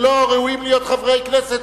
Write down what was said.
שלא ראויים להיות חברי כנסת,